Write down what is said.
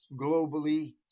globally